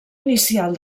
inicial